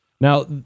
Now